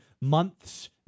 months